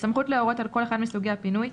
הסמכות להורות על כל אחד מסוגי הפינוי,